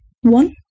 One